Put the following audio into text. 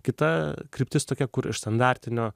kita kryptis tokia kur iš standartinio